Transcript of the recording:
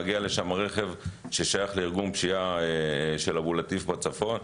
מגיע לשם רכב ששייך לארגון הפשיעה של אבו לטיף בצפון,